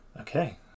Okay